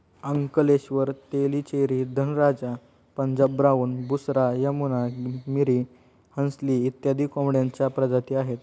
Ankleshwar, Tellicherry, Dhanraja, Punjab brown, Busra, Yamuna, Miri, Hansli इत्यादी कोंबड्यांच्या प्रजाती आहेत